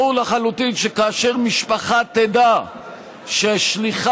ברור לחלוטין שכאשר משפחה תדע ששליחת